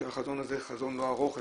שזה חזון לא ארוך,